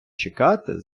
чекати